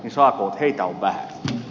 heitä on vähän